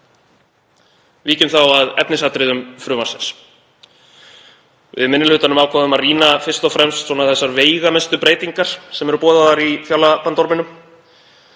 Víkjum þá að efnisatriðum frumvarpsins. Við í minni hlutanum ákváðum að rýna fyrst og fremst þessar veigamestu breytingar sem boðaðar eru í fjárlagabandorminum.